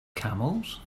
camels